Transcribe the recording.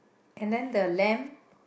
can lend the lamp